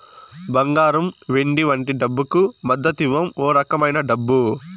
బంగారం వెండి వంటి డబ్బుకు మద్దతివ్వం ఓ రకమైన డబ్బు